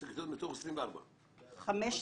15 כיתות מתוך 24. 15